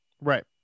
Right